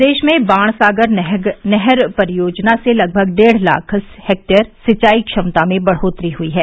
प्रदेश में बाणसागर नहर परियोजना से लगभग डेढ़ लाख हेक्टयर सिंवाई क्षमता में बढ़ोत्तरी हई है